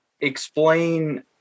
explain